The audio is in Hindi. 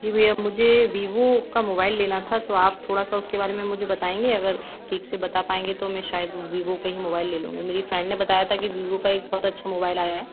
जी भैया मुझे वीवो का मोबाइल लेना था सो आप थोड़ा सा उसके बारे में बताएँगे अगर ठीक से बता पाएँगे तो मैं शायद वीवो का ही मोबाइल ले लूँ मेरी फ़्रैंड ने बताया था कि वीवो का एक बहुत अच्छा मोबाइल आया है